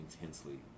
intensely